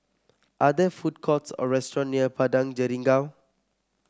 are there food courts or restaurant near Padang Jeringau